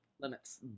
limits